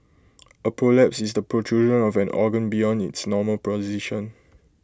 A prolapse is the protrusion of an organ beyond its normal position